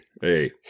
hey